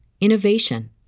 innovation